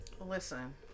Listen